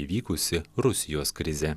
įvykusi rusijos krizė